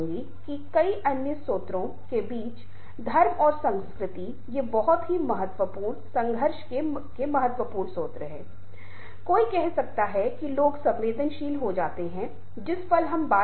रचनात्मकता हमने रचनात्मकता के बारे में बात की और मेरा मानना है कि परिवर्तन प्रबंधन और रचनात्मकता बहुत निकटता से जुड़े हुए हैं क्योंकि आप देखते हैं कि अवज्ञा के विरुद्ध अनुरूपता का सामना करने की क्षमता है